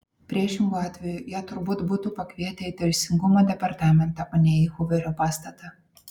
priešingu atveju ją turbūt būtų pakvietę į teisingumo departamentą o ne į huverio pastatą